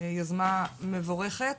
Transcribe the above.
יוזמה מבורכת.